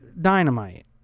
dynamite